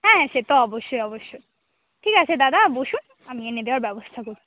হ্যাঁ হ্যাঁ সে তো অবশ্যই অবশ্যই ঠিক আছে দাদা বসুন আমি এনে দেওয়ার ব্যবস্থা কর